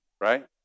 right